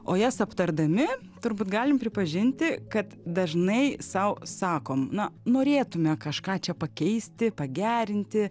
o jas aptardami turbūt galim pripažinti kad dažnai sau sakom na norėtume kažką čia pakeisti pagerinti